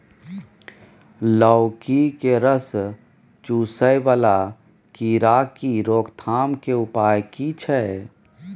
लौकी के रस चुसय वाला कीरा की रोकथाम के उपाय की छै?